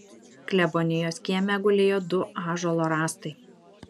klebonijos kieme gulėjo du ąžuolo rąstai